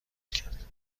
کرد